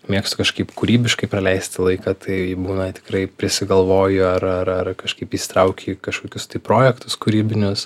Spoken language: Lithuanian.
mėgstu kažkaip kūrybiškai praleisti laiką tai būna tikrai prisigalvoju ar ar ar kažkaip įsitrauki į kažkokius tai projektus kūrybinius